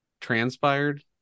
transpired